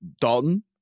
dalton